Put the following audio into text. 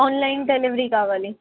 online delivery కావాలి